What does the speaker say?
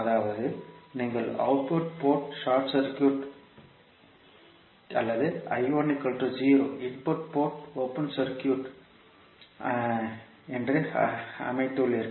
அதாவது நீங்கள் output port short circuit அல்லது ஐ இன்புட் போர்ட் ஓபன் சர்க்யூட் என்று அமைத்துள்ளீர்கள்